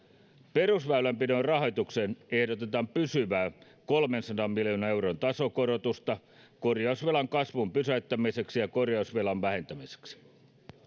perusväylänpidon rahoitukseen ehdotetaan pysyvää kolmensadan miljoonan euron tasokorotusta korjausvelan kasvun pysäyttämiseksi ja korjausvelan vähentämiseksi